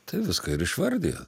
tai viską ir išvardijo